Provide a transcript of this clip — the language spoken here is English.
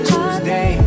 Tuesday